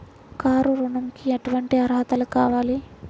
Car ఋణంకి ఎటువంటి అర్హతలు కావాలి?